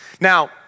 Now